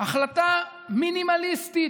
החלטה מינימליסטית,